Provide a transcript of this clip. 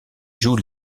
joue